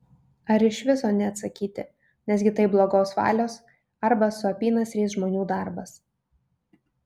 ar iš viso neatsakyti nesgi tai blogos valios arba su apynasriais žmonių darbas